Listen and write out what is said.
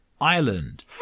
Ireland